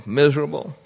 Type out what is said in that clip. miserable